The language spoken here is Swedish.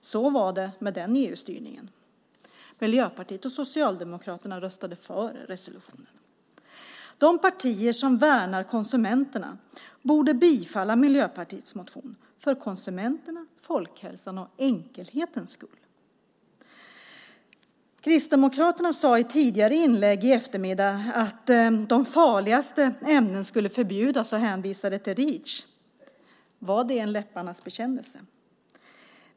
Så var det med den EU-styrningen. Miljöpartiet och Socialdemokraterna röstade för resolutionen. De partier som värnar om konsumenterna borde bifalla Miljöpartiets motion - för konsumenternas, folkhälsans och enkelhetens skull. Kristdemokraterna sade i ett tidigare inlägg i eftermiddags att de farligaste ämnena skulle förbjudas och hänvisade till Reach. Var det en läpparnas bekännelse?